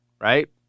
right